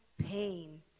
pain